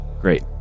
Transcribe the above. great